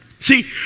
See